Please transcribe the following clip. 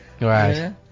Right